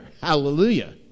Hallelujah